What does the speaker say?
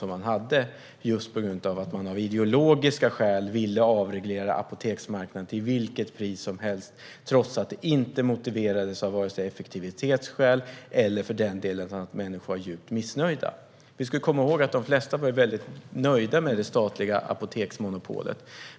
Skälet till detta var att man av ideologiska skäl ville avreglera apoteksmarknaden till vilket pris som helst, trots att det inte motiverades vare sig av effektivitetsskäl eller för den delen av att människor skulle ha varit djupt missnöjda. Vi ska komma ihåg att de flesta var väldigt nöjda med det statliga apoteksmonopolet.